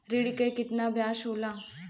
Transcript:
ऋण के कितना ब्याज होला?